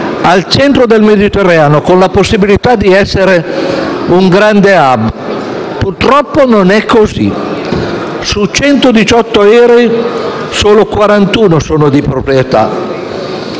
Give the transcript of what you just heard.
al centro del Mediterraneo, con la possibilità di essere un grande *hub*. Purtroppo non è così: su 118 aerei solo 41 sono di proprietà.